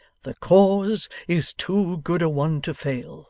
the cause is too good a one to fail